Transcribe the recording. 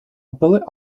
bullet